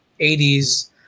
80s